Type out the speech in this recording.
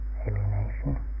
alienation